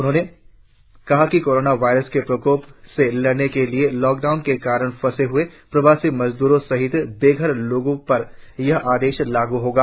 उन्होंने कहा कि कोरोना वायरस के प्रकोप से लड़ने के लिए लॉकडाउन के कारण फंसे हए प्रवासी मजदुरों सहित बेघर लोगों पर यह आदेश लागु होगा